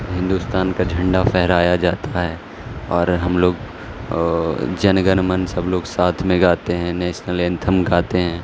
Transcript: ہندوستان کا جھنڈا فہرایا جاتا ہے اور ہم لوگ جنگن من سب لوگ ساتھ میں گاتے ہیں نیشنل اینتھم گاتے ہیں